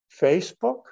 Facebook